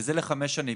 וזה לחמש שנים.